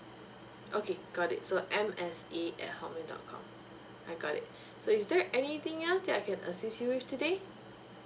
okay got it so m s a at hotmail dot com I got it so is there anything else that I can assist you with today